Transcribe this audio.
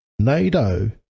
NATO